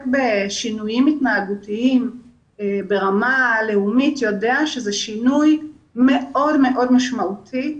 בשינויים התנהגותיים ברמה הלאומית יודע שזה שינוי מאוד-מאוד משמעותי.